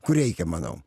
kur reikia manau